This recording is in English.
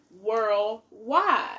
worldwide